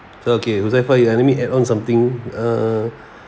so okay huzaifal you add on something uh